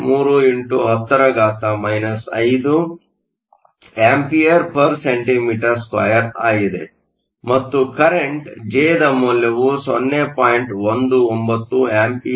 3 x 10 5 Acm 2 ಆಗಿದೆ ಮತ್ತು current ಜೆದ ಮೌಲ್ಯವು 0